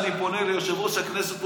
כשאני פונה ליושב-ראש הכנסת,